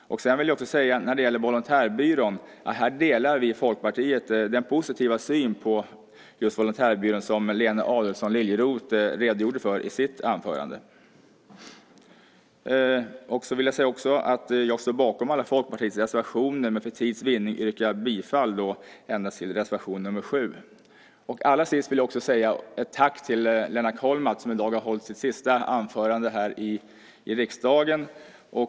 När det gäller Volontärbyrån delar vi i Folkpartiet den positiva syn som Lena Adelsohn Liljeroth redogjorde för i sitt anförande. Jag står bakom alla Folkpartiets reservationer, men för tids vinning yrkar jag bifall endast till reservation nr 7. Allra sist vill jag också rikta ett tack till Lennart Kollmats, som i dag har hållit sitt sista anförande här i riksdagen.